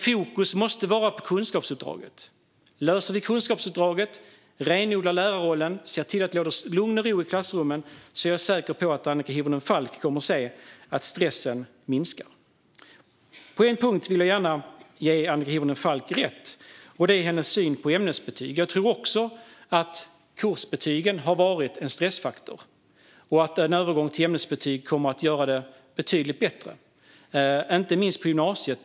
Fokus måste vara på kunskapsuppdraget. Om vi klarar kunskapsuppdraget, renodlar lärarrollen och ser till att det råder lugn och ro i klassrummen är jag säker på att Annika Hirvonen Falk kommer att se att stressen minskar. På en punkt vill jag gärna ge Annika Hirvonen Falk rätt, och det är i fråga om hennes syn på ämnesbetyg. Jag tror också att kursbetygen har varit en stressfaktor och att en övergång till ämnesbetyg kommer att göra det betydligt bättre, inte minst på gymnasiet.